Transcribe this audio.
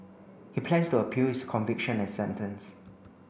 he plans to appeal his conviction and sentence